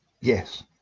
yes